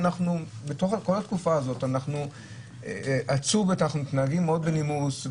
בכל התקופה הזאת אנחנו מתנהגים מאוד בנימוס,